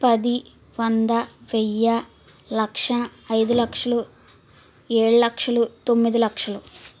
పది వంద వెయ్యి లక్ష ఐదు లక్షలు ఏడు లక్షలు తొమ్మిది లక్షలు